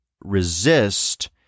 resist